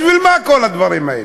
בשביל מה כל הדברים האלה?